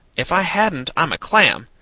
if i hadn't i'm a clam!